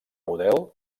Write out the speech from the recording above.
model